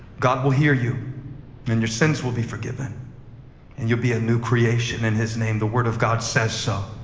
god will hear you and your sins will be forgiven and you'll be a new creation in his name. the word of god says so.